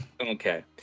Okay